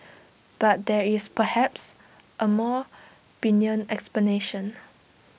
but there is perhaps A more benign explanation